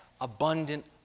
abundant